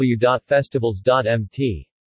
www.festivals.mt